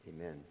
Amen